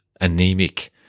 anemic